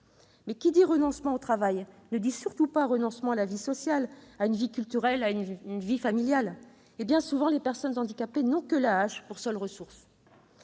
Mais qui dit renoncement au travail ne dit surtout pas renoncement à une vie sociale, culturelle ou familiale ! Or, bien souvent, les personnes handicapées n'ont que l'AAH pour seule ressource.